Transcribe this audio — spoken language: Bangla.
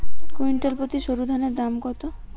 কুইন্টাল প্রতি সরুধানের দাম কত?